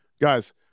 guys